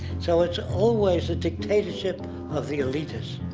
so it's always a dictatorship of the elitist,